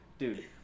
Dude